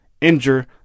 injure